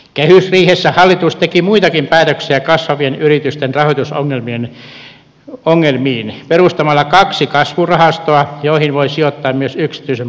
kehysriihessä hallitus teki muitakin päätöksiä kasvavien yritysten rahoitusongelmiin perustamalla kaksi kasvurahastoa joihin voi sijoittaa myös yksityisen puolen rahaa